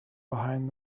behind